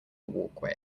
walkway